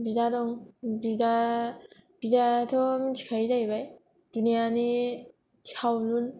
बिदा दं बिदा बिदायाथ' मिथिखायो जाहैबाय दुनियानि सावलुन